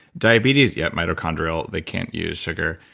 diabetes, yeah, mitochondrial, they can't use sugar.